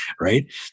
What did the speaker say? right